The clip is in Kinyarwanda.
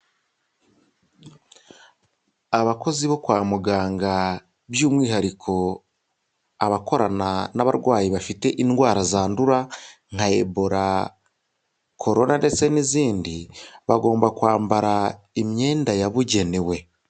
Abakozi bo kwa muganga by'umwihariko abakorana n'abarwayi bafite indwara zandura, nka ebora, corona ndetse n'izindi bagomba kwambara imyenda yabugenewe.